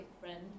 friend